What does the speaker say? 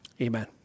Amen